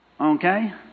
Okay